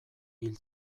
hil